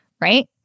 right